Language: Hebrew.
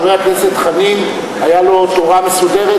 חבר הכנסת חנין הייתה לו תורה מסודרת,